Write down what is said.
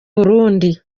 burundi